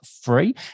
free